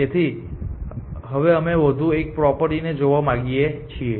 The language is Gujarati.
તેથી હવે અમે વધુ 1 પ્રોપર્ટી જોવા માંગીએ છીએ